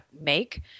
make